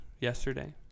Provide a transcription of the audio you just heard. Yesterday